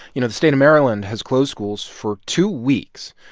you know, the state of maryland has closed schools for two weeks.